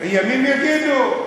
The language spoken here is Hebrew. ימים יגידו.